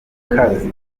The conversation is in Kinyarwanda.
munyarwanda